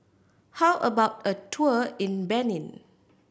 how about a tour in Benin